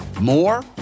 more